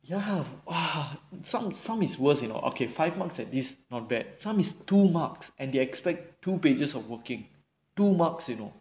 ya !wah! some some it's worse you know okay five marks at this not bad some is two marks and they expect two pages of working to marks you know